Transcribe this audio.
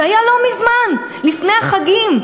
זה היה לא מזמן, לפני החגים.